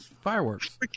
Fireworks